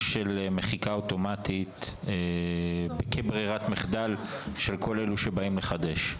של מחיקה אוטומטית כברירת מחדל של כל אלו שבאים לחדש?